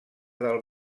del